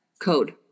code